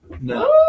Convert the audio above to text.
No